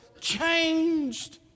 changed